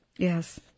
Yes